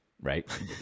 right